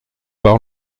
par